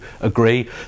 agree